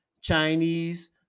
Chinese